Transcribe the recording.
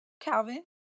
calvin